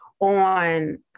on